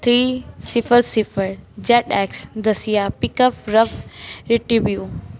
three ਸਿਫਰ ਸਿਫਰ Z X ਦਸੀਆ ਪਿਕਅਫ ਰਫ ਰੀਟੀਵਿਊ